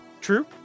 True